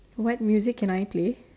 what music can I play